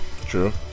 true